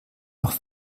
noch